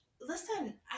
listen